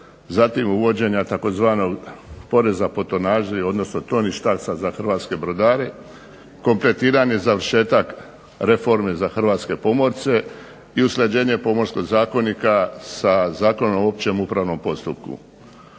Zatim, uvođenja tzv. "poreza po tonaži", odnosno toništa za hrvatske brodare, kompletiran je završetak reforme za hrvatske pomorce i usklađenje Pomorskog zakonika sa Zakonom o općem upravnom postupku.